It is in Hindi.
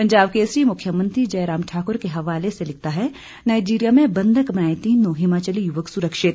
पंजाब केसरी मुख्यमंत्री जयराम ठाकुर के हवाले से लिखता है नाइजीरिया में बंधक बनाए तीनों हिमाचली युवक सुरक्षित